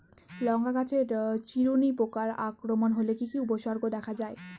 লঙ্কা গাছের চিরুনি পোকার আক্রমণ হলে কি কি উপসর্গ দেখা যায়?